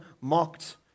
mocked